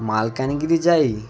ମାଲକାନଗିରି ଯାଇ